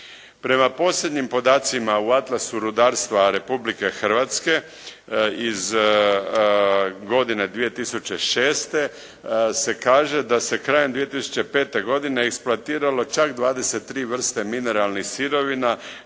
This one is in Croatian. Prema posljednjim podacima u Atlasu rudarstva Republike Hrvatske iz godine 2006. se kaže da se krajem 2005. godine eksploatiralo čak dvadeset i tri vrste mineralnih sirovina